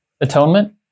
atonement